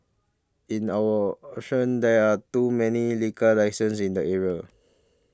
in our option there are too many liquor licenses in the area